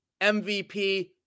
MVP